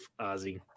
Ozzy